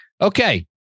Okay